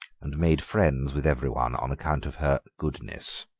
and made friends with every one on account of her goodness,